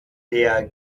der